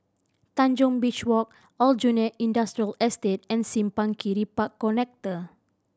Tanjong Beach Walk Aljunied Industrial Estate and Simpang Kiri Park Connector